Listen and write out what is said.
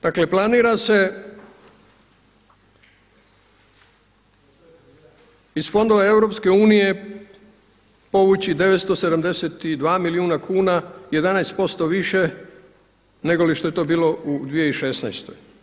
Dakle, planira se iz fondova EU povući 972 milijuna kuna 11% više negoli što je to bilo u 2016.